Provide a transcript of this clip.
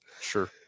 Sure